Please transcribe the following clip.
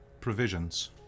provisions